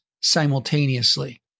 simultaneously